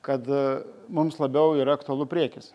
kad mums labiau yra aktualu priekis